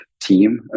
team